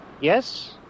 Yes